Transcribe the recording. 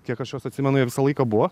kiek aš juos atsimenu jie visą laiką buvo